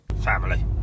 Family